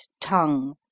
tongue